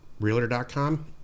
realtor.com